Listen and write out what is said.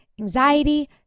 anxiety